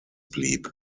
blieb